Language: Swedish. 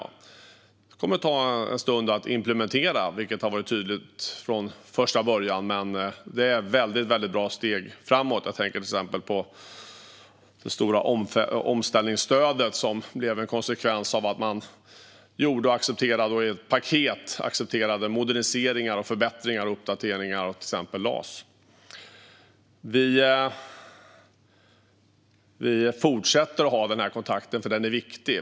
De kommer att ta ett tag att implementera, vilket har varit tydligt från första början, men de är ett väldigt bra steg framåt. Jag tänker till exempel på det stora omställningsstödet som blev en konsekvens av att man i ett paket accepterade och gjorde moderniseringar, förbättringar och uppdateringar av till exempel LAS. Vi fortsätter att ha den här kontakten, för den är viktig.